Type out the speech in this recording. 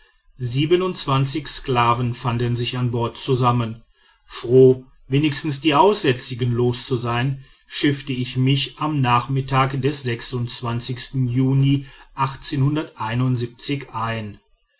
sklaven fanden sich an bord zusammen froh wenigstens die aussätzigen los zu sein schiffte ich mich am nachmittag des juni ein